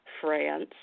France